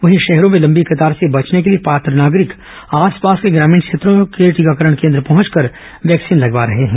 वहीं शहरों में लंबी कतार से बचने के लिए पात्र नागरिक आसपास के ग्रामीण क्षेत्रों के टीकाकरण केन्द्र पहुंचकर वैक्सीन लगवा रहे हैं